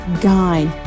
guy